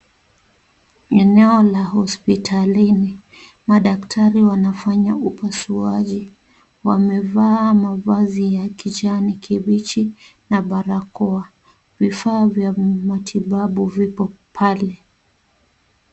Eneo la hospitalini. Madaktari wanafanya upasuaji. Wamevaa mavazi ya kijani kibichi na barakoa. Vifaa vya matibabu vipo pale.